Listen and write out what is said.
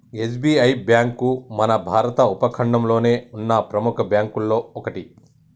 SBI bank మన భారత ఉపఖండంలోనే ఉన్న ప్రెముఖ బ్యేంకుల్లో ఒకటి